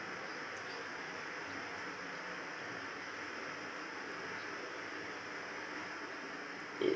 it